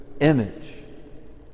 image